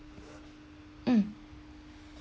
mm